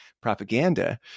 propaganda